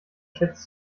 schätzt